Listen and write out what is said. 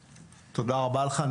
תודה רבה לך,